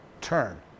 turn